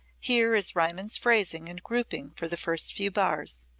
here is riemann's phrasing and grouping for the first few bars.